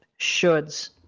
shoulds